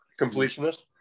completionist